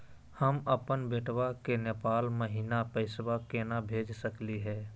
हम अपन बेटवा के नेपाल महिना पैसवा केना भेज सकली हे?